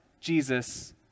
Jesus